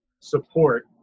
support